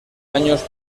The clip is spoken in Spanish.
años